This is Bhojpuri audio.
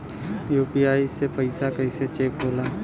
यू.पी.आई से पैसा कैसे चेक होला?